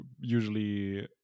usually